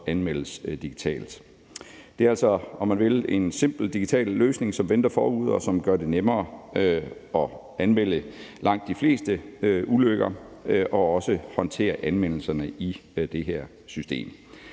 kan anmeldes digitalt. Det er altså en simpel digital løsning, som venter forude, og som gør det nemmere at anmelde langt de fleste ulykker og også håndtere anmeldelserne i det her system.